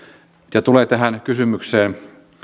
mitä tulee kysymykseen